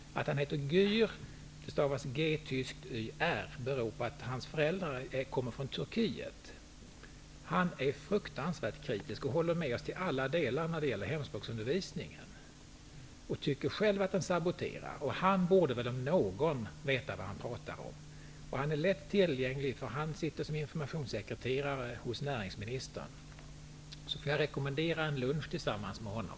Att han heter Gür beror på att hans föräldrar kommer från Turkiet. Han är fruktansvärt kritisk och håller med oss till alla delar när det gäller hemspråksundervisningen. Han tycker själv att den saboterar. Han om någon borde veta vad han talar om. Han är lätt tillgänglig. Han är informationssekreterare hos näringsministern. Jag rekommenderar en lunch tillsammans med honom.